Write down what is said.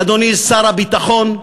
אדוני שר הביטחון,